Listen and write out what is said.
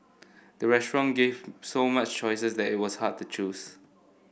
the restaurant gave so much choices that it was hard to choose